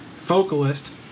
vocalist